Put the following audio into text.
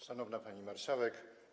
Szanowna Pani Marszałek!